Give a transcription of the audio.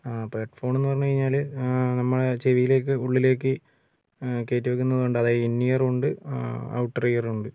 അപ്പോൾ ഹെഡ്ഫോൺ എന്ന് പറഞ്ഞുകഴിഞ്ഞാൽ നമ്മൾ ചെവിയിലേക്ക് ഉള്ളിലേക്ക് കയറ്റിവെക്കുന്നതും ഉണ്ട് അതായത് ഇൻ ഇയറും ഉണ്ട് ഔട്ടർ ഇയറും ഉണ്ട്